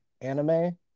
anime